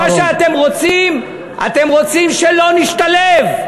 מה שאתם רוצים, אתם רוצים שלא נשתלב.